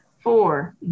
Four